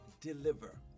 deliver